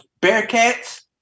Bearcats